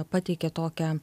pateikė tokią